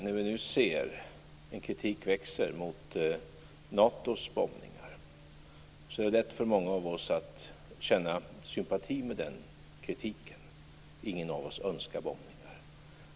När vi nu ser kritiken växa mot Natos bombningar är det lätt för många av oss att känna sympati med den kritiken. Ingen av oss önskar bombningar.